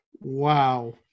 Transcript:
Wow